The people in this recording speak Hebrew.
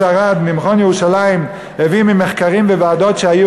ארד ממכון ירושלים הביא ממחקרים וועדות שהיו,